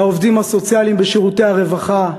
לעובדים הסוציאליים בשירותי הרווחה,